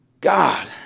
God